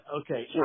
okay